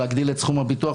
להגדיל את סכום הביטוח,